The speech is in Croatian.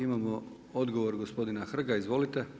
Imamo odgovor gospodina Hrga, izvolite.